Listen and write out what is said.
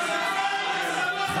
צבוע, צבוע.